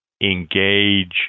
engage